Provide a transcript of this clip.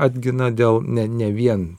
atgina dėl ne ne vien